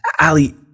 Ali